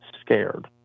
scared